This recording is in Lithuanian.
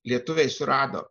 lietuviai surado